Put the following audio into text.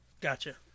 Gotcha